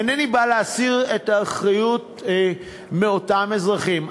אינני בא להסיר את האחריות מאותם אזרחים,